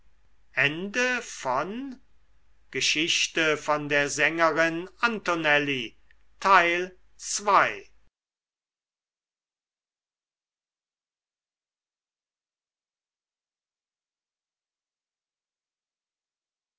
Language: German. geschichte von der sängerin antonelli